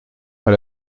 elle